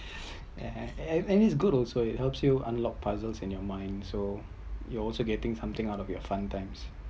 and and and and it’s good also it helps you unlock puzzles in your mind so you also getting something out of your fun times